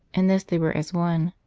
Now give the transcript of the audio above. in this they were as one.